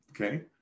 okay